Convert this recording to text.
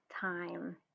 time